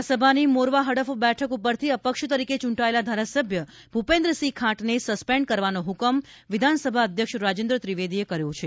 ધારાસભાની મોરવા હડફ બેઠક ઉપરથી અપક્ષ તરીકે ચૂંટાયેલા ધારાસભ્ય ભૂપેન્દ્રસિંહ ખાંટને સસ્પેન્ડ કરવાનો હૂકમ વિધાનસભા અધ્યક્ષ રાજેન્દ્ર ત્રિવેદીએ કર્યો છે